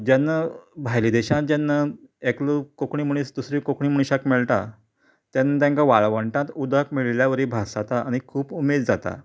जेन्ना भायले देशांत जेन्ना एकलो कोंकणी मनीस दुसरे कोंकणी मनशाक मेळटा तेन्ना तेंका वाळवंटान उदक मेळिल्ल्यावरी भास जाता आनीक खूब उमेद जाता